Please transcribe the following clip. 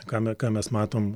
ką me ką mes matom